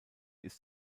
ist